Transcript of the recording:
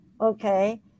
okay